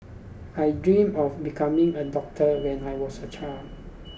I dreamt of becoming a doctor when I was a child